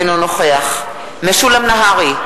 אינו נוכח משולם נהרי,